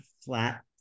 flat